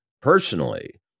personally